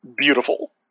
Beautiful